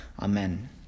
Amen